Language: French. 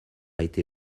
été